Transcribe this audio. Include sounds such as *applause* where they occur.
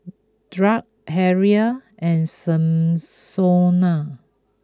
Drake Harrell and *unintelligible*